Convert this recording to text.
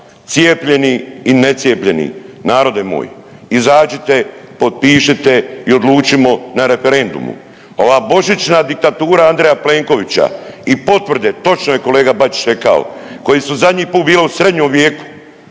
cijepljene i necijepljeni. Narode moj, izađite, potpišite i odlučimo na referendumu. Ova božićna diktatura Andreja Plenković i potvrde, točno je kolega Bačić rekao, koji su zadnji put bile u srednjem vijeku,